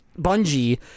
Bungie